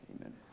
Amen